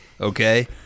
okay